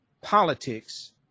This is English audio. politics